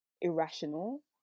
irrational